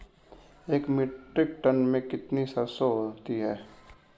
एक metric tonne में कितनी सरसों होती है?